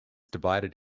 divided